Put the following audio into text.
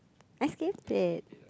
I skate it